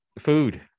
food